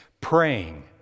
Praying